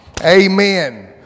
Amen